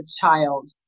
child